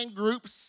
groups